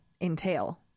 entail